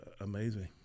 amazing